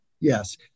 Yes